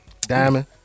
Diamond